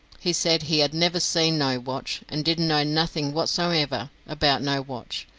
he said he had never seen no watch, and didn't know nothing whatsomever about no watch,